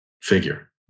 figure